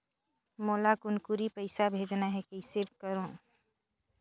मोला कुनकुरी पइसा भेजना हैं, कइसे करो?